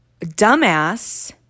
dumbass